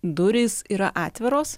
durys yra atviros